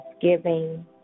Thanksgiving